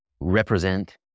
represent